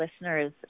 listeners